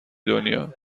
دنیا